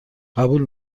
قبول